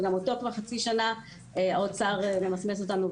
גם אותו כבר חצי שנה האוצר ממסמס אותנו.